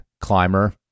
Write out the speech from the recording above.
climber